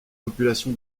population